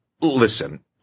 Listen